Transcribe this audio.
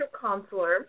counselor